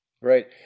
Right